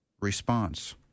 Response